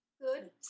Good